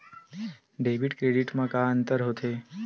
Debit credit मा का अंतर होत हे?